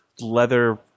leather